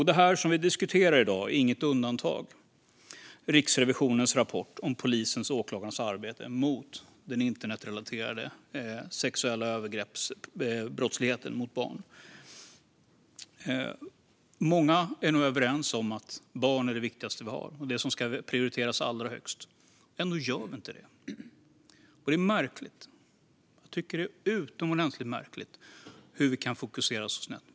Det som vi diskuterar i dag, Riksrevisionens rapport om polisens och åklagarnas arbete mot internetrelaterade sexuella övergrepp mot barn, är inget undantag. Många är nog överens om att barn är det viktigaste vi har och det som ska prioriteras allra högst. Ändå gör vi inte det. Det är märkligt. Jag tycker att det är utomordentligt märkligt hur vi kan fokusera så snett.